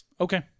Okay